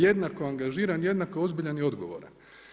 Jednako angažiran, jednako ozbiljan i odgovoran.